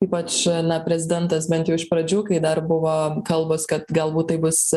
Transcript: ypač na prezidentas bent jau iš pradžių kai dar buvo kalbos kad galbūt taip bus